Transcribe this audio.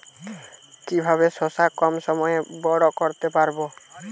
কিভাবে শশা কম সময়ে বড় করতে পারব?